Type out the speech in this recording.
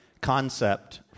concept